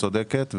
צודקת.